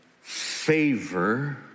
favor